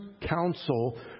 counsel